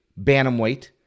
Bantamweight